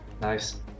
nice